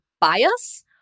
bias